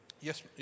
yes